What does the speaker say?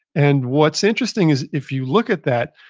and what's interesting is if you look at that,